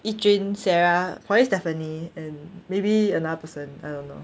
yi jun sarah probably stephanie and maybe another person I don't know